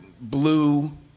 blue